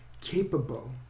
capable